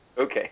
Okay